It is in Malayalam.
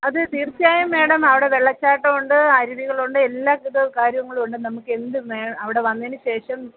അത് തീർച്ചയായും മേഡം അവിടെ വെള്ളച്ചാട്ടമുണ്ട് അരുവികളുണ്ട് എല്ലാവിധ കാര്യങ്ങളും ഉണ്ട് നമുക്ക് എന്ത് അവിടെ വന്നതിന് ശേഷം